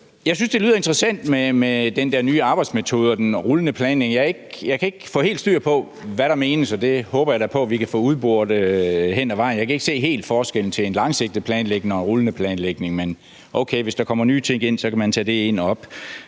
Jeg synes, det lyder interessant med den der nye arbejdsmetode og den rullende planlægning, men jeg kan ikke få helt styr på, hvad der menes, og det håber jeg da på at vi kan få udboret hen ad vejen. Jeg kan ikke helt se forskellen mellem en langsigtet planlægning og en rullende planlægning, men okay, hvis der kommer nye ting ind, så kan man tage det op.